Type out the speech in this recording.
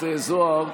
זוהר,